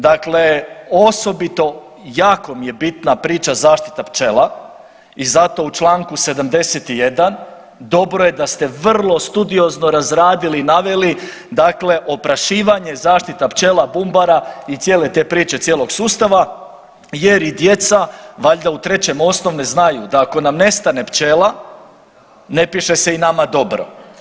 Dakle, osobito jako mi je bitna priča zaštita pčela i zato u čl. 71. dobro je da ste vrlo studiozno razradili i naveli oprašivanje i zaštita pčela, bumbara i cijele te priče cijelog sustava jer i djeca valjda u 3. osnovne znaju da ako nam nestane pčela ne piše se i nama dobro.